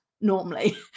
normally